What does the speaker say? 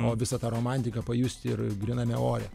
o visą tą romantiką pajusti ir gryname ore